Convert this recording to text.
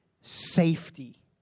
safety